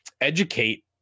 educate